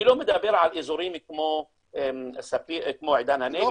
אני לא מדבר על אזורים כמו עידן הנגב,